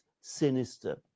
sinister